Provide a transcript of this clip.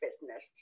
business